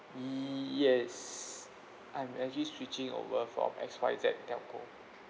yes I'm actually switching over from X Y Z telco